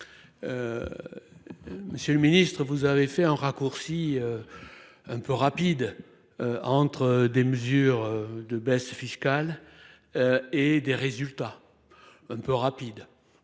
monsieur le ministre, vous avez fait un raccourci un peu rapide entre les mesures de baisse fiscale et les résultats. Certes,